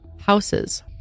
Houses